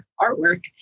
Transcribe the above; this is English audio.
artwork